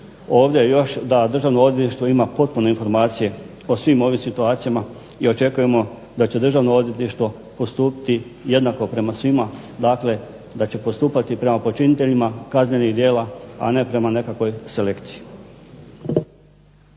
ovdje još da Državno odvjetništvo ima potpune informacije o svim ovim situacijama i očekujemo da će Državno odvjetništvo postupiti jednako prema svima. Dakle, da će postupati prema počiniteljima kaznenih djela, a ne prema nekakvoj selekciji.